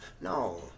No